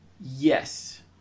Yes